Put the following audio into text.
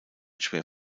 schwer